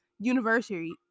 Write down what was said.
university